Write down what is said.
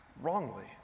wrongly